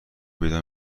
پیدا